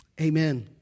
amen